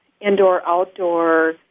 indoor-outdoor